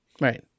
Right